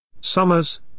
Summers